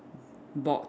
board